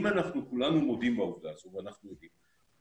אם אנחנו כולנו מודים בעובדה הזו ואנחנו יודעים,